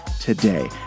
today